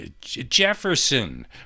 Jefferson